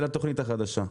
של התוכנית החדשה.